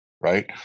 right